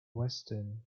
weston